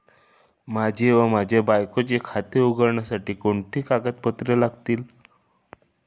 माझे व माझ्या बायकोचे खाते उघडण्यासाठी कोणती कागदपत्रे लागतील?